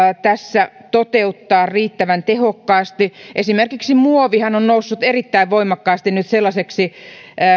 tässä toteuttaa riittävän tehokkaasti esimerkiksi muovihan on noussut erittäin voimakkaasti nyt sellaiseksi